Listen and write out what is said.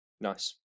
Nice